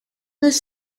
this